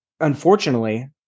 unfortunately